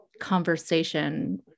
conversation